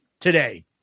today